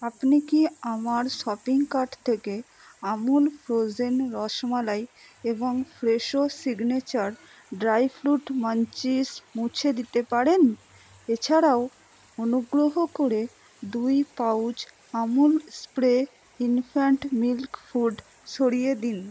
আপনি কি আমার শপিং কার্ট থেকে আমুল ফ্রোজেন রসমালাই এবং Fresho signature dry fruit munchies মুছে দিতে পারেন এছাড়াও অনুগ্রহ করে দুই pouch Amul spray infant milk food সরিয়ে দিন